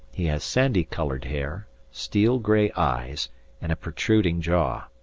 he has sandy-coloured hair, steel-grey eyes and a protruding jaw.